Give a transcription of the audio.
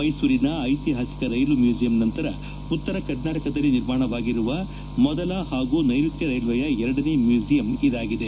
ಮೈಸೂರಿನ ಐತಿಹಾಸಿಕ rail museum ನಂತರ ಉತ್ತರ ಕರ್ನಾಟಕದಲ್ಲಿ ನಿರ್ಮಾಣವಾಗಿರುವ ಮೊದಲ ಹಾಗೂ ನ್ವೆಋತ್ಯ ರೈಲ್ವೆಯ ಎರಡನೇ ಮ್ಯೂಸಿಯಂ ಇದಾಗಿದೆ